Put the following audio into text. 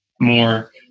more